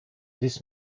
this